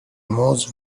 موز